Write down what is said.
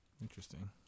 Interesting